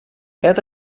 это